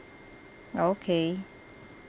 okay